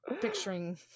picturing